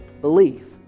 belief